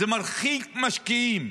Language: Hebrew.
זה מרחיק משקיעים.